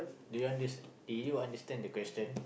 do you understand did you understand the question